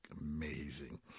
amazing